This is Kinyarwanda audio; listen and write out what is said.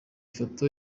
foto